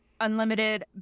unlimited